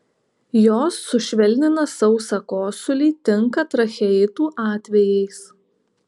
jos sušvelnina sausą kosulį tinka tracheitų atvejais